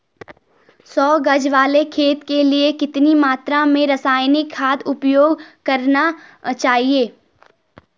सौ गज वाले खेत के लिए कितनी मात्रा में रासायनिक खाद उपयोग करना चाहिए?